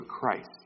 Christ